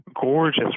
gorgeous